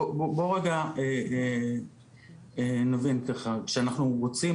בואו רגע נבין ככה כשאנחנו רוצים